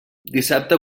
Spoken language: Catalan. dissabte